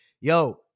Yo